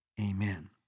Amen